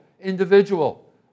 individual